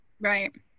Right